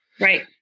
Right